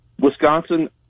Wisconsin –